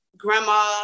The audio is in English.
Grandma